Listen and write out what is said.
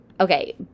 Okay